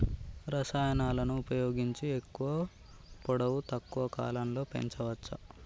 రసాయనాలను ఉపయోగించి ఎక్కువ పొడవు తక్కువ కాలంలో పెంచవచ్చా?